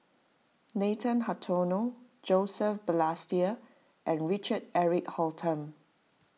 Nathan Hartono Joseph Balestier and Richard Eric Holttum